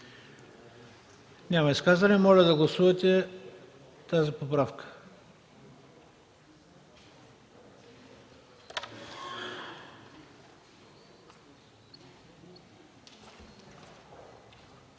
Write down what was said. Няма изказвания. Моля да гласувате тази поправка.